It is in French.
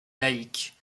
laïque